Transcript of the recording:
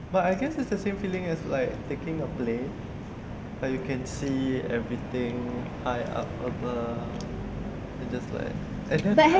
but I guess it's the same feeling as like taking a play but you can see everything I ap~ ap~ apa ah just like I cannot